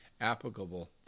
applicable